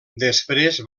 després